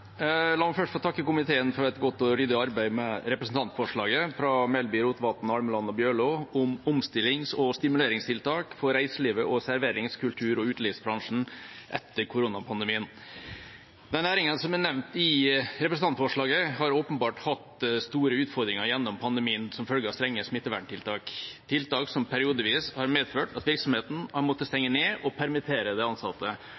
La meg først få takke komiteen for et godt og ryddig arbeid med representantforslaget fra Melby, Rotevatn, Almeland og Bjørlo om omstillings- og stimuleringstiltak for reiselivet og serverings-, kultur- og utelivsbransjen etter koronapandemien. De næringene som er nevnt i representantforslaget, har åpenbart hatt store utfordringer gjennom pandemien som følge av strenge smitteverntiltak, tiltak som periodevis har medført at virksomheten har måttet stenge ned og permittere de ansatte,